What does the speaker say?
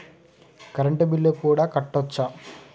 Current bill కూడా కట్టొచ్చా?